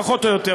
פחות או יותר.